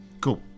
Cool